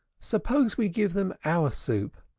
suppose we give them our soup.